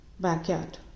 backyard